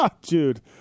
dude